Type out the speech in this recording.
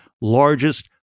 largest